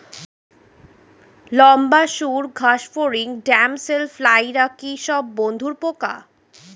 লম্বা সুড় ঘাসফড়িং ড্যামসেল ফ্লাইরা কি সব বন্ধুর পোকা?